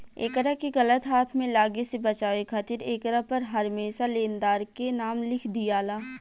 एकरा के गलत हाथ में लागे से बचावे खातिर एकरा पर हरमेशा लेनदार के नाम लिख दियाला